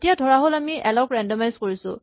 এতিয়া ধৰাহ'ল আমি এল ক ৰেন্ডমাইজ কৰিলো